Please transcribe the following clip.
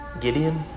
Gideon